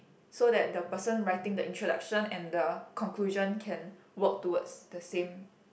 so that the person writing the introduction and the conclusion can work towards the same